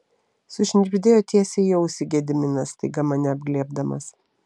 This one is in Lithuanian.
sušnibždėjo tiesiai į ausį gediminas staiga mane apglėbdamas